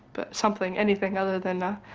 but something, anything other than a